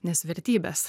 nes vertybės